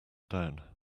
down